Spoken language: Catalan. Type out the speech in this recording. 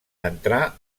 entrà